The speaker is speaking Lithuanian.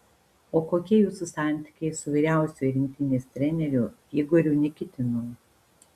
o kokie jūsų santykiai su vyriausiuoju rinktinės treneriu igoriu nikitinu